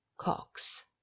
cox